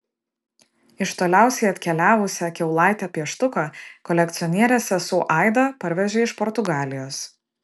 iš toliausiai atkeliavusią kiaulaitę pieštuką kolekcionierės sesuo aida parvežė iš portugalijos